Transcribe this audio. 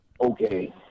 Okay